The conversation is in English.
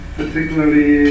particularly